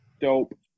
Dope